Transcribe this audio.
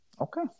Okay